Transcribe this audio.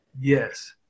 Yes